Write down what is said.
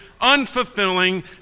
unfulfilling